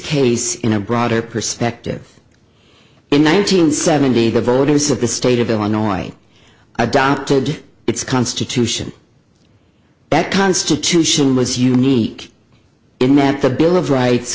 case in a broader perspective in one nine hundred seventy the voters of the state of illinois i doubted its constitution that constitution was unique in that the bill of rights